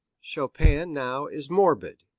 chopin now is morbid,